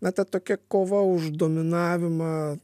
na ta tokia kova už dominavimą